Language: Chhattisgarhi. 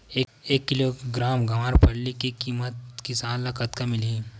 एक किलोग्राम गवारफली के किमत किसान ल कतका मिलही?